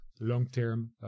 long-term